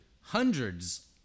hundreds